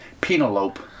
penelope